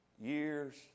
years